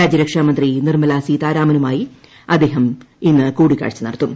രാജ്യരക്ഷാമന്ത്രി നിർമ്മല സീതാരാമസൂമിറ്റി അദ്ദേഹം ഇന്ന് കൂടിക്കാഴ്ച നടത്തും